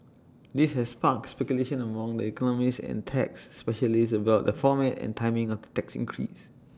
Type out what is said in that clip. this has sparked speculation among the economists and tax specialists about the format and timing of tax increase